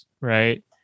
right